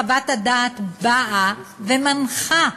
חוות הדעת באה ומנחה